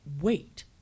wait